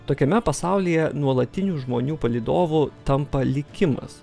tokiame pasaulyje nuolatinių žmonių palydovu tampa likimas